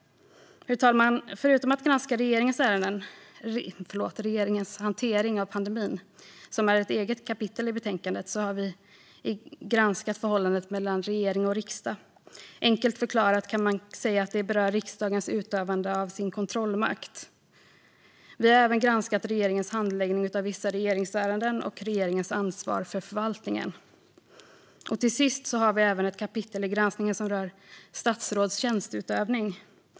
Fru talman! Förutom att granska regeringens hantering av pandemin, som är ett eget kapitel i betänkandet, har vi granskat förhållandet mellan regering och riksdag. Enkelt förklarat kan man säga att det berör riksdagens utövande av sin kontrollmakt. Vi har även granskat regeringens handläggning av vissa regeringsärenden och regeringens ansvar för förvaltningen. Till sist har vi i granskningen ett kapitel som rör statsråds tjänsteutövning.